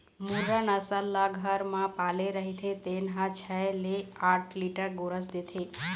मुर्रा नसल ल घर म पाले रहिथे तेन ह छै ले आठ लीटर गोरस देथे